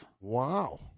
Wow